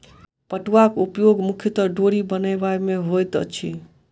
पटुआक उपयोग मुख्यतः डोरी बनयबा मे होइत अछि